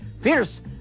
fierce